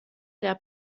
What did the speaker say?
der